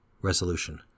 Resolution